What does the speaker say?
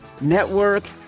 Network